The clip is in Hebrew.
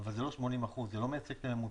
אבל זה לא 80%. זה לא מייצג את הממוצע.